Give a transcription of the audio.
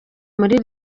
muri